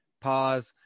pause